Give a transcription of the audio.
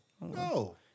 No